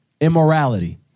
Immorality